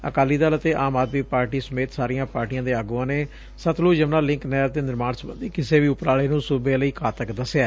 ਅਕਾਲੀ ਦਲ ਅਤੇ ਆਮ ਆਦਮੀ ਪਾਰਟੀ ਸਮੇਤ ਸਾਰੀਆਂ ਪਾਰਟੀਆਂ ਦੇ ਆਗੁਆਂ ਨੇ ਸਤਲੁਜ ਯਮੁਨਾ ਲਿੰਕ ਨਹਿਰ ਦੇ ਨਿਰਮਾਣ ਸਬੰਧੀ ਕਿਸੇ ਵੀ ਉਪਰਾਲੇ ਨੂੰ ਸੁਬੇ ਲਈ ਘਾਤਕ ਦਸਿਐ